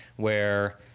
where